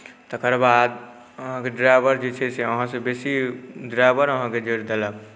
तकर बाद अहाँके ड्राइवर जे छै से अहाँसँ बेसी ड्राइवर अहाँके जोड़ि देलक